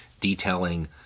detailing